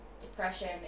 depression